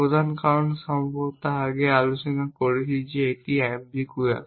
প্রধান কারণ আমরা সম্ভবত আগে আলোচনা করেছি যে এটি এম্বিগুয়াস